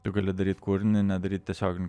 tu gali daryt kūrinį nedaryt tiesioginių